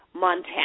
Montana